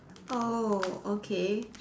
oh okay